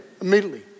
immediately